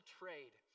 trade